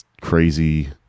crazy